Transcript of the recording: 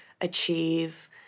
achieve